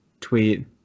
tweet